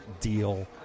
deal